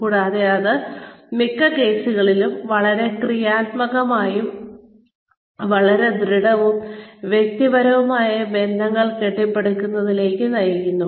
കൂടാതെ അത് മിക്ക കേസുകളിലും വളരെ ക്രിയാത്മകവും വളരെ ദൃഢവും വ്യക്തിപരവുമായ ബന്ധങ്ങൾ കെട്ടിപ്പടുക്കുന്നതിലേക്ക് നയിക്കുന്നു